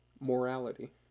Morality